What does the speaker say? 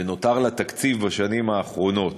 ונותר לה תקציב בשנים האחרונות.